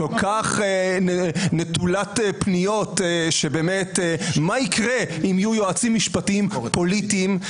כל כך נטולת פניות ומה יקרה אם יהיו יועצים משפטיים פוליטיים.